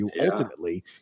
Ultimately